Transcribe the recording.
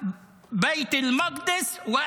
בית המקדש.